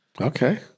Okay